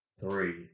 three